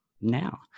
now